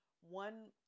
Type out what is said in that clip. one